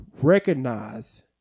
recognize